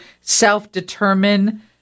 self-determine